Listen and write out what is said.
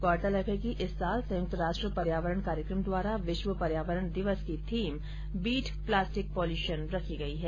गौरतलब है कि इस साल संयुक्त राष्ट्र पर्यावरण कार्यक्रम द्वारा विश्व पर्यावरण दिवस की थीम बीट प्लास्टिक पॉल्यूशन रखी गयी है